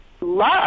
love